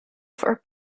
for